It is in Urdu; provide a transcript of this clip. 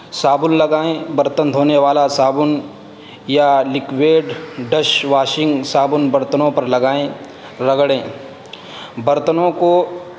صابن لگائیں برتن دھونے والا صابن یا لکویڈ ڈش واشنگ صابن برتنوں پر لگائیں رگڑیں برتنوں کو